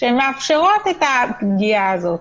שמאפשרות את הפגיעה הזאת.